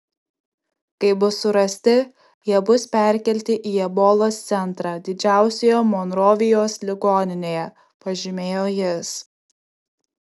kai bus surasti jie bus perkelti į ebolos centrą didžiausioje monrovijos ligoninėje pažymėjo jis